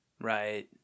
Right